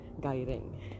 guiding